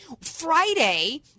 Friday